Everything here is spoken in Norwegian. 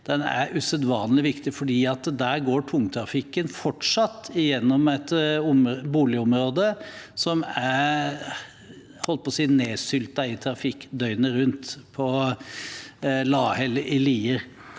Lier er usedvanlig viktig, for der går tungtrafikken fortsatt gjennom et boligområde, som er nedsyltet i trafikk døgnet rundt, på Lahell i Lier.